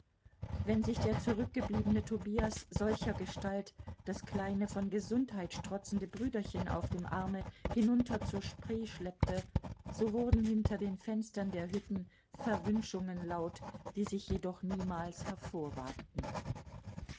wenn sich der zurückgebliebene tobias solchergestalt das kleine von gesundheit strotzende brüderchen auf dem arme hinunter zur spree schleppte so wurden hinter den fenstern der hütten verwünschungen laut die sich jedoch niemals